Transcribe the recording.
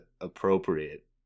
appropriate